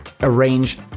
arrange